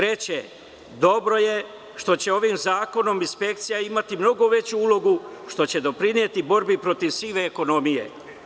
Treće, dobro je što će ovim zakonom inspekcija imati mnogo veću ulogu što će doprineti borbi protiv sive ekonomije.